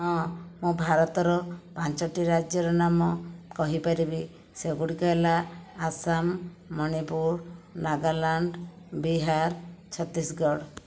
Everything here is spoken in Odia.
ହଁ ମୁଁ ଭାରତର ପାଞ୍ଚଟି ରାଜ୍ୟର ନାମ କହିପାରିବି ସେଗୁଡ଼ିକ ହେଲା ଆସାମ ମଣିପୁର ନାଗାଲାଣ୍ଡ ବିହାର ଛତିଶଗଡ଼